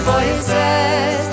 voices